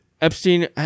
Epstein